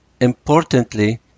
importantly